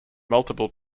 multiple